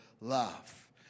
love